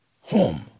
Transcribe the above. home